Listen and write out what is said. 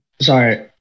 sorry